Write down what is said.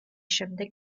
შემდეგ